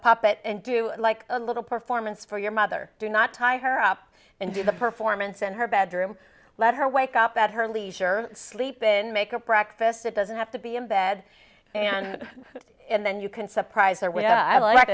puppet and do like a little performance for your mother do not tie her up and do the performance in her bedroom let her wake up at her leisure sleep then make a practice that doesn't have to be in bed and then you can surprise her with i like